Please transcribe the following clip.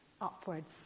upwards